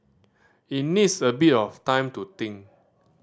it needs a bit of time to think